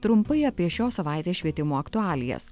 trumpai apie šios savaitės švietimo aktualijas